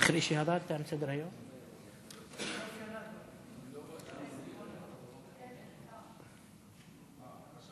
להעביר את הצעת חוק העונשין (תיקון מס' 135) (גנבת נשק),